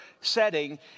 setting